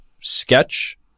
Sketch